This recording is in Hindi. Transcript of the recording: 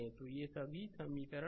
तो ये सभी समीकरण अब लिख सकते हैं